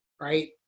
right